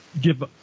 give